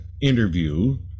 interview